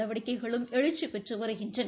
நடவடிக்கைகளும் எழுச்சி பெற்று வருகின்றன